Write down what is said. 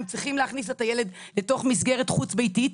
הם צריכים להכניס את הילד לתוך מסגרת חוץ ביתית.